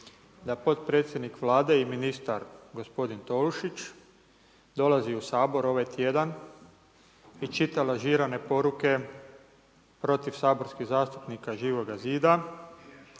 da potpredsjednik Vlade i ministar gospodin Tolušić dolazi u Sabor ovaj tjedan i čita lažirane poruke protiv saborskih zastupnika Živoga zida.